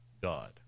God